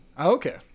Okay